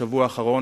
בשבוע האחרון.